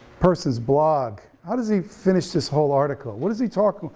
person's blog, how does he finish this whole article, what does he talk,